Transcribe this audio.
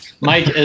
Mike